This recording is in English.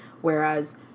Whereas